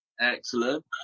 Excellent